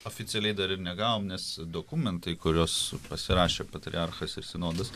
oficialiai dar ir negavom nes dokumentai kuriuos pasirašė patriarchas ir sinodas